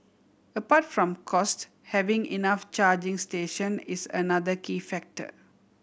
apart from cost having enough charging station is another key factor